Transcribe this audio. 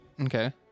Okay